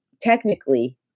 technically